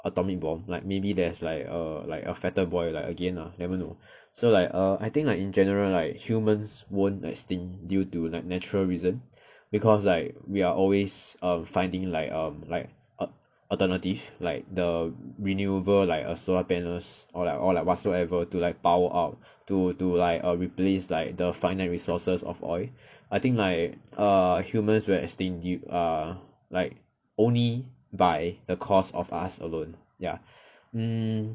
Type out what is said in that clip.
atomic bomb like maybe there's like a like a fatter boy like again ah you never know so like err I think like in general like humans won't extinct due to like natural reason because like we're always um finding like um like alternative like the renewable like err solar panels or like or like whatsoever to like power out to to like err replace like the finite resources of oil I think like err humans will extinct err like only by the cost of us alone ya hmm